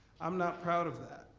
i'm not proud of that.